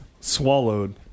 swallowed